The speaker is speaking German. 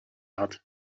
hat